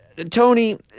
Tony